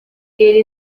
ele